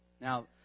Now